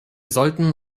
sollten